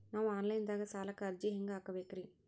ನಾವು online ದಾಗ ಸಾಲಕ್ಕ ಅರ್ಜಿ ಹೆಂಗ ಹಾಕಬೇಕ್ರಿ?